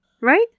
Right